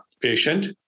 patient